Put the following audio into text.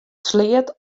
sleat